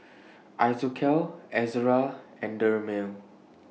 Isocal Ezerra and Dermale